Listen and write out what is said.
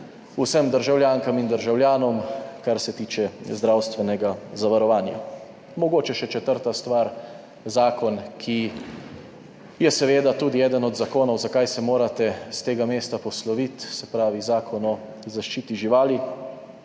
(Nadaljevanje) kar se tiče zdravstvenega zavarovanja. Mogoče še četrta stvar, zakon, ki je seveda tudi eden od zakonov, zakaj se morate s tega mesta posloviti, se pravi, Zakon o zaščiti živali,